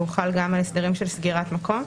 והוא חל גם על הסדרים של סגירת מקום,